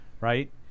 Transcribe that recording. right